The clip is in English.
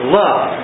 love